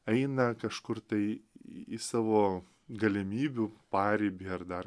eina kažkur tai į savo galimybių paribį ar dar